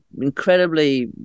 incredibly